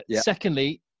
Secondly